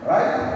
Right